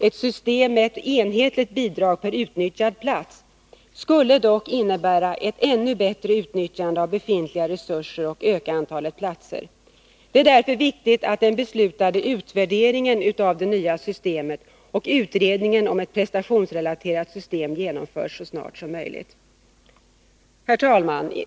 ett system med ett enhetligt bidrag per utnyttjad plats, skulle dock innebära ett ännu bättre utnyttjande av befintliga resurser och öka antalet platser. Det är därför viktigt att den beslutade utvärderingen av det nya systemet och utredningen om ett prestationsrelaterat system genomförs så snart som möjligt. Herr talman!